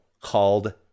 called